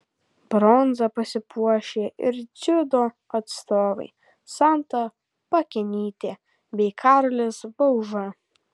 bronza pasipuošė ir dziudo atstovai santa pakenytė bei karolis bauža